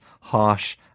harsh